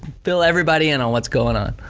fill everybody in on what's going on.